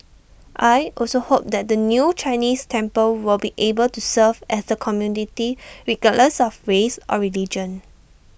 I also hope that the new Chinese temple will be able to serve at the community regardless of race or religion